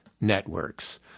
networks